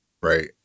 right